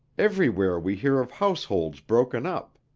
everywhere we hear of households broken up.